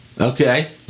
Okay